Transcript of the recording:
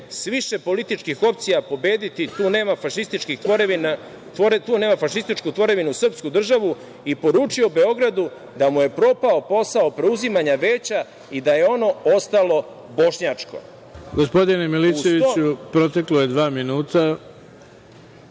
sa više političkih opcija pobediti, tu nema fašističku tvorevinu srpsku državu i poručio Beogradu da mu je propao posao oko preuzimanja veća i da je ono ostalo bošnjačko.